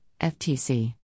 FTC